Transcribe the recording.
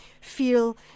feel